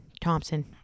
Thompson